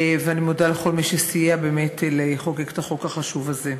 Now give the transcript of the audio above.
ואני מודה לכל מי שסייע באמת לחוקק את החוק החשוב הזה.